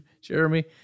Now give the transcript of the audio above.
Jeremy